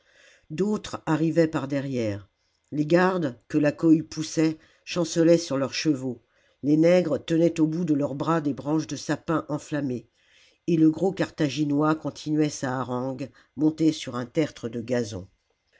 d'autres arrivaient par derrière les gardes que la cohue poussait chancelaient sur leurs chevaux les nègres tenaient au bout de leurs bras des branches de sapin enflammées et le gros carthaginois continuait sa harangue monté sur un tertre de gazon